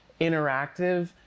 interactive